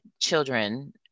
children